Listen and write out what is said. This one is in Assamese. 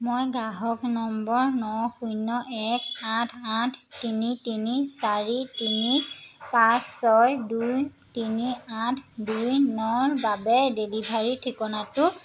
মই গ্ৰাহক নম্বৰ ন শূন্য এক আঠ আঠ তিনি তিনি চাৰি তিনি পাঁচ ছয় দুই তিনি আঠ দুই নৰ বাবে ডেলিভাৰী ঠিকনাটো